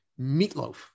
meatloaf